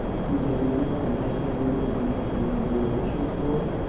he's a member, and has been a member, of the national labor relations board,